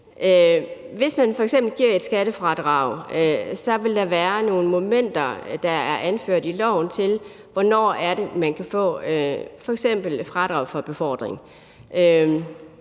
hvis man f.eks. giver et skattefradrag, vil være nogle momenter, der er anført i loven til, hvornår det er, man f.eks. kan få et fradrag for befordring.